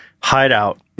hideout